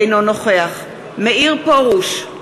אינו נוכח מאיר פרוש,